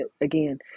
again